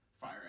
Fire